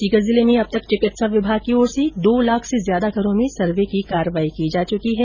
सीकर जिले में अब तक चिकित्सा विभाग की ओर से दो लाख से ज्यादा घरों में सर्वे की कार्यवाही की जा चुकी है